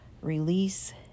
release